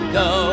go